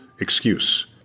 excuse